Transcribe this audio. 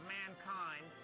mankind